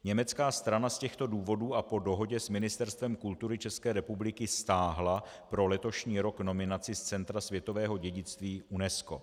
Německá strana z těchto důvodů a po dohodě s Ministerstvem kultury České republiky stáhla pro letošní rok nominaci z Centra světového dědictví UNESCO.